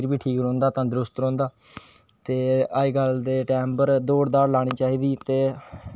time थोह्ड़ा घट्ट देना शुरु कीता लेकिन कोई आक्खे ना मने च एह् शौंक अज़ें तक पेदा